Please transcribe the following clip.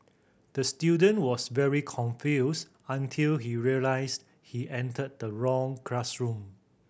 the student was very confused until he realised he entered the wrong classroom